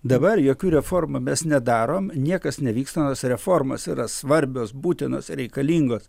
dabar jokių reformų mes nedarom niekas nevyksta reformos yra svarbios būtinos reikalingos